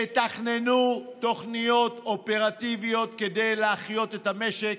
תתכננו תוכניות אופרטיביות כדי להחיות את המשק.